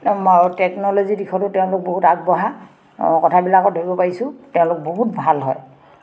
টেকন'লজিৰ দিশতো তেওঁলোক বহুত আগবঢ়া কথাবিলাকত ধৰিব পাৰিছোঁ তেওঁলোক বহুত ভাল হয়